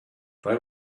they